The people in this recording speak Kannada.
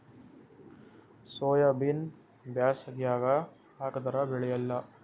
ಸೋಯಾಬಿನ ಬ್ಯಾಸಗ್ಯಾಗ ಹಾಕದರ ಬೆಳಿಯಲ್ಲಾ?